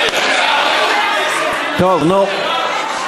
טוב, נו.